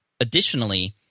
Additionally